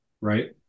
right